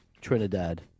Trinidad